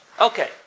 Okay